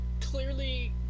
clearly